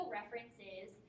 references